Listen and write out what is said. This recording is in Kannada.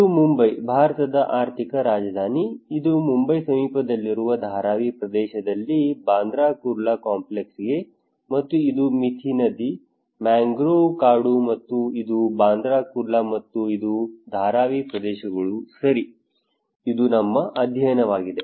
ಇದು ಮುಂಬೈ ಭಾರತದ ಆರ್ಥಿಕ ರಾಜಧಾನಿ ಇದು ಮುಂಬೈ ಸಮೀಪವಿರುವ ಧಾರಾವಿ ಪ್ರದೇಶದಲ್ಲಿ ಬಾಂದ್ರಾ ಕುರ್ಲಾ ಕಾಂಪ್ಲೆಕ್ಸ್ಗೆ ಮತ್ತು ಇದು ಮಿಥಿ ನದಿ ಮ್ಯಾಂಗ್ರೋವ್ ಕಾಡು ಮತ್ತು ಇದು ಬಾಂದ್ರ ಕುರ್ಲಾ ಮತ್ತು ಇದು ಧಾರಾವಿ ಪ್ರದೇಶಗಳು ಸರಿ ಇದು ನಮ್ಮ ಅಧ್ಯಯನವಾಗಿದೆ